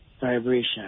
vibration